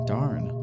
Darn